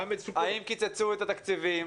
האם קיצצו את התקציבים,